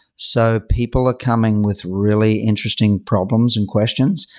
so people are coming with really interesting problems and questions,